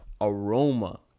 aroma